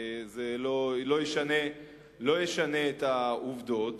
זה לא ישנה את העובדות.